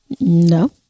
No